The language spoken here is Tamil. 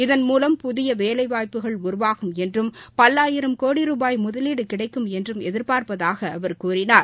இதன் மூலம் புதிய வேலைவாய்ப்புகள் உருவாகும் என்றும் பல்லாயிரம் கோடி ரூபாய் முதலீடு கிடைக்கும் என்றும் எதிர்பார்ப்பதாக அவர் கூறினார்